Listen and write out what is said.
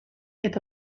eta